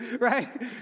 Right